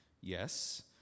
Yes